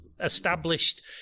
established